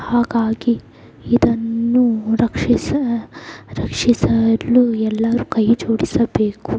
ಹಾಗಾಗಿ ಇದನ್ನು ರಕ್ಷಿಸ ರಕ್ಷಿಸಲು ಎಲ್ಲರೂ ಕೈ ಜೋಡಿಸಬೇಕು